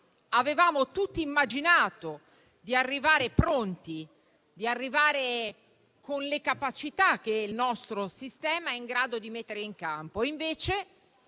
avevamo tutti immaginato di arrivare pronti e con le capacità che il nostro sistema è in grado di mettere in campo. E invece,